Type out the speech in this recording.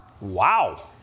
Wow